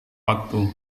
waktu